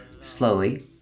slowly